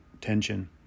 tension